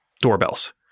doorbells